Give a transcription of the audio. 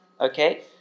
Okay